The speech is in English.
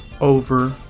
Over